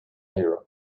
hero